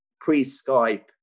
pre-Skype